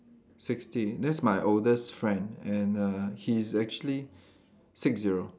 sixty that's my oldest friend and uh he's actually six zero